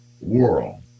world